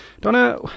Donna